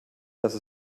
dass